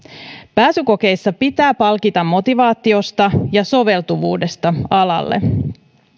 pääsykokeissa pitää palkita motivaatiosta ja soveltuvuudesta alalle